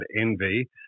envy